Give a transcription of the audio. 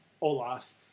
Olaf